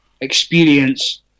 experience